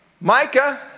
Micah